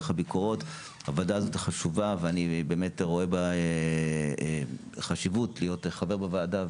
הוועדה הזאת חשובה ואני רואה חשיבות להיות חבר בה.